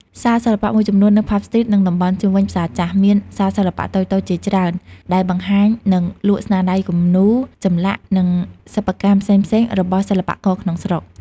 សាលសិល្បៈមួយចំនួននៅ ផ៉ាប់ ស្រ្ទីត និង តំបន់ជុំវិញ ផ្សារចាស់ មានសាលសិល្បៈតូចៗជាច្រើនដែលបង្ហាញ និងលក់ស្នាដៃគំនូរ ចម្លាក់ និងសិប្បកម្មផ្សេងៗរបស់សិល្បករក្នុងស្រុក។